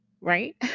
right